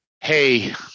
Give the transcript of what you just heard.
Hey